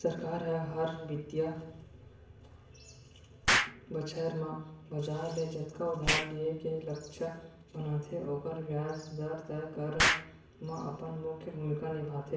सरकार हर, हर बित्तीय बछर म बजार ले जतका उधार लिये के लक्छ बनाथे ओकर बियाज दर तय करब म अपन मुख्य भूमिका निभाथे